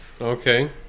Okay